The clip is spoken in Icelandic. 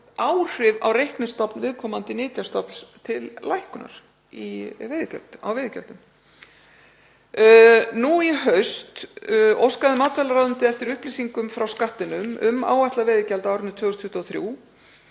áhrif á reiknistofn viðkomandi nytjastofns til lækkunar á veiðigjöldum. Nú í haust óskaði matvælaráðuneytið eftir upplýsingum frá Skattinum um áætlað veiðigjald á árinu 2023